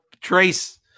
Trace